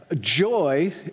joy